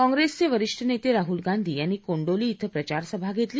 काँप्रेसचे वरिष्ठ नेते राहुल गांधी यांनी कोंडोली इथं प्रचारसभा घेतली